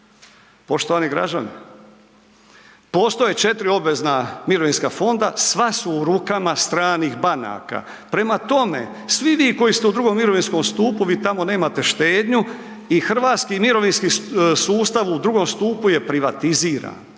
Poštovani građani, postoje 4 obvezna mirovinska fonda, sva su u rukama stranih banaka. Prema tome, svi vi koji ste u drugom mirovinskom stupu vi tamo nemate štednju i Hrvatski mirovinski sustav u drugom stupu je privatiziran,